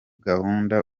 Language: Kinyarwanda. gahunda